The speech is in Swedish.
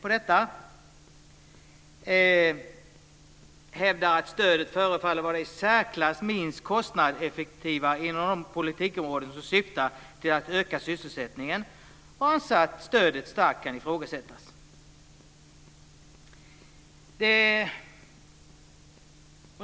Revisorerna hävdar att stödet har varit det i särklass minst kostnadseffektiva inom de politikområden som syftar till att öka sysselsättningen. Stödet kan alltså starkt ifrågasättas.